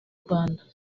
rwanda